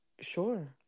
Sure